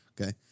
okay